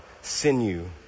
sinew